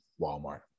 Walmart